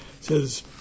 says